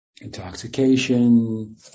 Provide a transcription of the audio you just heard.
Intoxication